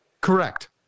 Correct